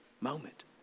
moment